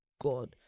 god